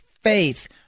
faith